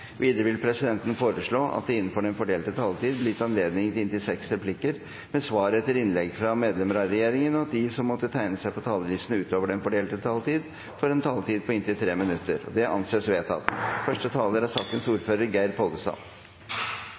Videre vil presidenten foreslå at det blir gitt anledning til inntil seks replikker med svar etter innlegg fra medlemmer av regjeringen innenfor den fordelte taletid, og at de som måtte tegne seg på talerlisten utover den fordelte taletid, får en taletid på inntil 3 minutter. – Det anses vedtatt.